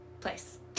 place